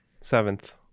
seventh